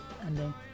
ending